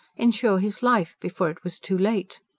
insure his life before it was too late.